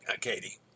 Katie